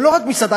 ולא רק מסעדה,